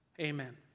Amen